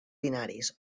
binaris